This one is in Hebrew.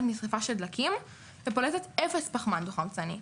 משריפה של דלקים ופולטת אפס פחמן דו-חמצני.